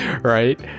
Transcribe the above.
right